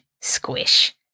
squish